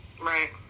Right